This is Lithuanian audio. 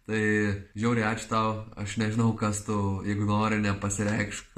tai žiauriai ačiū tau aš nežinau kas tu jeigu nori nepasireikšk